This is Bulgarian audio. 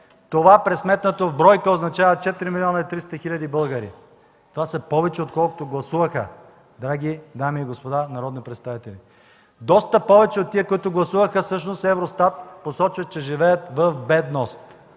Това, пресметнато в бройка, означава 4 млн. 300 хил. българи. Това са повече, отколкото гласуваха, драги дами и господа народни представители! Доста повече от тези, които гласуваха, всъщност Евростат посочва, че живеят в бедност.